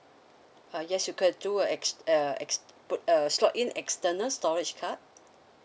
uh yes you could do a ex uh ex put uh slot in external storage card